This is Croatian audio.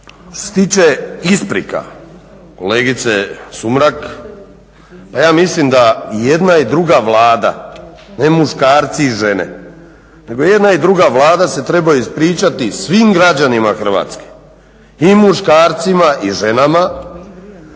tiče isprika kolegice Sumrak, ja mislim da i jedna i druga Vlada, ne muškarci i žene, nego jedna i druga Vlada se trebaju ispričati svim građanima Hrvatske i muškarcima i ženama